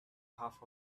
half